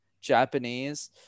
Japanese